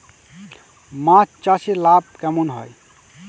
মাছ চাষে লাভ কেমন হয়?